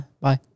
Bye